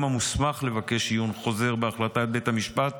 המוסמך לבקש עיון חוזר בהחלטת בית המשפט